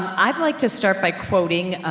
i'd like to start by quoting, ah,